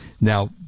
Now